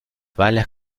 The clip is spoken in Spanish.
balas